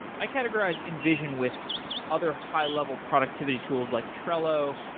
i categorize invision with other high level productivity tools, like trello,